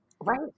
Right